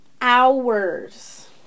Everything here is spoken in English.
hours